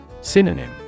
Synonym